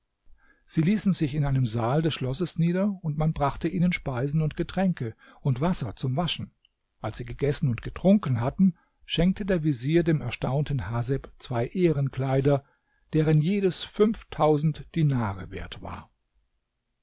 sie ließen sich in einem saal des schlosses nieder und man brachte ihnen speisen und getränke und wasser zum waschen als sie gegessen und getrunken hatten schenkte der vezier dem erstaunten haseb zwei ehrenkleider deren jedes fünftausend dinare wert war